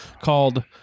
called